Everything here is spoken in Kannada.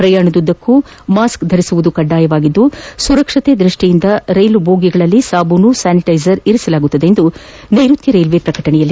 ಪ್ರಯಾಣದುದ್ದಕ್ಕೂ ಮಾಸ್ಕ್ ಧರಿಸುವುದು ಕಡ್ಡಾಯವಾಗಿದ್ದು ಸುರಕ್ಷತೆಯ ದೃಷ್ಠಿಯಿಂದ ರೈಲು ಬೋಗಿಗಳಲ್ಲೀ ಸಾಬೂನು ಹಾಗೂ ಸಾನಿಟೈಜರ್ಗಳನ್ನು ಇರಿಸಲಾಗುವುದೆಂದು ನೈರುತ್ಯ ರೈಲ್ವೇ ಪ್ರಕಟಣೆ ತಿಳಿಸಿದೆ